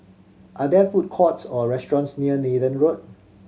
are there food courts or restaurants near Nathan Road